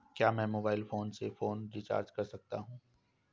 क्या मैं mobile phone से फोन रिचार्ज कर सकता हूं?